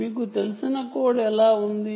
మీకు తెలిసిన కోడ్ ఎలా ఉంది